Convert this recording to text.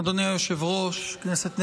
אדוני היושב-ראש, כנסת נכבדה,